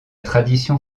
tradition